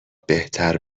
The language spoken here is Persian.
بهتر